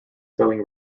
selling